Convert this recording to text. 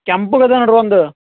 ಕೆಂಪಗೆ ಅದ ನಡು ಒಂದು